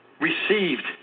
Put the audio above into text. received